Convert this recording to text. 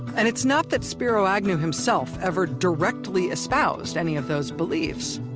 and it's not that spiro agnew himself ever directly espoused any of those beliefs,